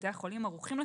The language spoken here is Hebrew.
בתי החולים ערוכים לכך.